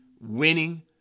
winning